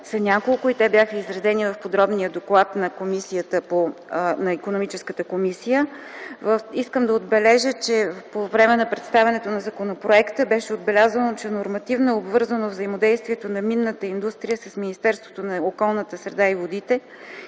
са няколко и те бяха изредени в подробния доклад на Икономическата комисия. Искам да отбележа, че по време на представянето на законопроекта беше отбелязано, че е нормативно обвързано взаимодействието на минната индустрия с Министерството на околната среда и водите